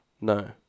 No